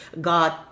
God